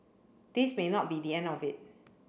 this may not be the end of it